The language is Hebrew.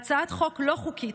הצעת חוק לא חוקית,